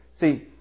See